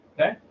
okay